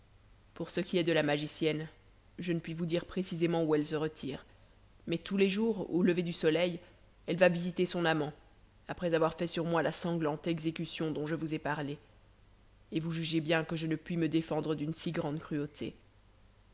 pour ce qui est de la magicienne je ne puis vous dire précisément où elle se retire mais tous les jours au lever du soleil elle va visiter son amant après avoir fait sur moi la sanglante exécution dont je vous ai parlé et vous jugez bien que je ne puis me défendre d'une si grande cruauté